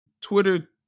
Twitter